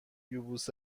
یبوست